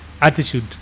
attitude